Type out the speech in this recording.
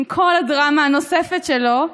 עם כל הדרמה הנוספת שלו,